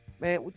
Man